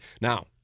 now